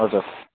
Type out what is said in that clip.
हजर